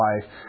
life